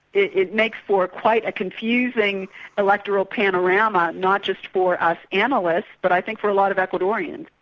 it makes for quite a confusing electoral panorama, not just for us analysts, but i think for a lot of ecuadorians.